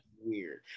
weird